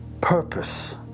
purpose